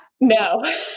no